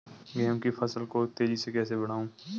गेहूँ की फसल को तेजी से कैसे बढ़ाऊँ?